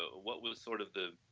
ah what was sort of the